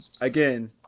Again